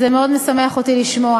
מאוד משמח אותי לשמוע